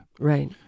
Right